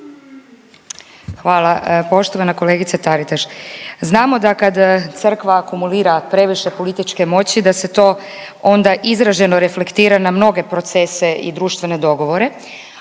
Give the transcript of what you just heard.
Hvala. Poštovana kolegice Taritaš, znamo da kad crkva akumulira previše političke moći da se to onda izraženo reflektira na mnoge procese i društvene dogovore,